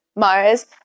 Mars